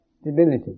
stability